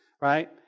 right